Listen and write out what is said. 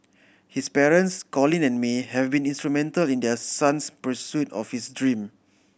his parents Colin and May have been instrumental in their son's pursuit of his dream